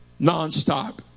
nonstop